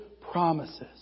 promises